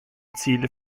ziele